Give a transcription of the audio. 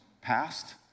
passed